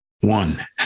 One